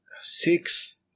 six